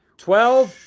twelve,